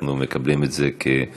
אנחנו מקבלים את זה כתקלה.